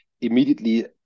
immediately